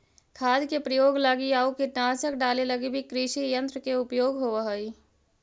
खाद के प्रयोग लगी आउ कीटनाशक डाले लगी भी कृषियन्त्र के उपयोग होवऽ हई